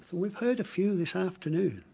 we've heard a few this afternoon.